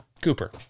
Cooper